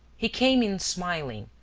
he came in smiling,